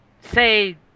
say